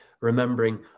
remembering